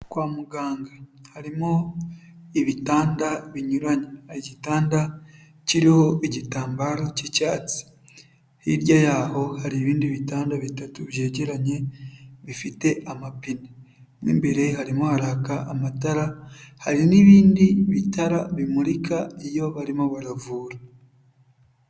Kwa muganga, harimo ibitanda binyuranye, hari igitanda kiriho igitambaro k'icyatsi, hirya yaho hari ibindi bitanda bitatu, byegeranye bifite amapine, mu imbere harimo haraka amatara, hari n'ibindi bitara bimurika iyo barimo baravura.